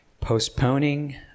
postponing